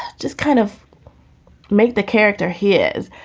just kind of make the character his.